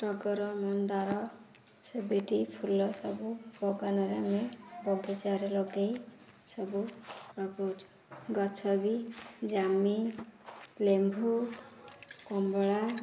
ଟଗର ମନ୍ଦାର ସୁବିଧି ଫୁଲ ସବୁ ବଗାନ ରେ ଆମେ ବଗିଚାଠାରେ ଲଗେଇ ସବୁ ଲଗାଉଛୁ ଗଛ ବି ଜାମି ଲେମ୍ବୁ କମ୍ବଳା